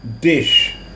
Dish